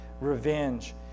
revenge